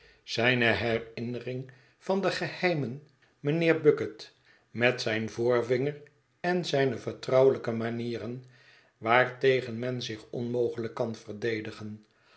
zijne herinnering van den geheimen mijnheer bucket met zijn voorvinger en zijne vertrouwelijke manieren waartegen men zich onmogelijk kan verdedigen